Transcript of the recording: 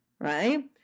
right